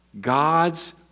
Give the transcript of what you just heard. God's